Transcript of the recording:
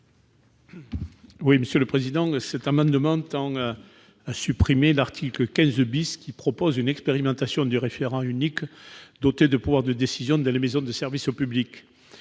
la commission spéciale ? Cet amendement tend à supprimer l'article 15, qui prévoit une expérimentation du référent unique doté de pouvoirs de décision dans les maisons de services au public.